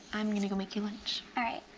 i'm gonna go make your lunch. all right,